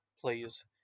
please